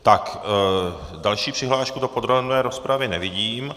Tak, další přihlášku do podrobné rozpravy nevidím.